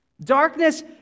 Darkness